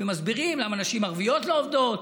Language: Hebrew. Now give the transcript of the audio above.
ומסבירים למה נשים ערביות לא עובדות